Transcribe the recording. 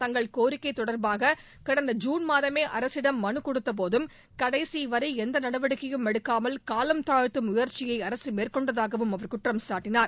தங்கள் கோரிக்கை தொடர்பாக கடந்த ஜூன் மாதமே அரசிடம் மனு கொடுத்த போதும் கடைசிவரை எந்த நடவடிக்கையும் எடுக்காமல் காலம் தாழ்த்தும் முயற்சியை அரசு மேற்கொண்டதாகவும் அவர் குற்றம் சாட்டினார்